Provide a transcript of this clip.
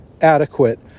adequate